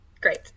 great